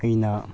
ꯑꯩꯅ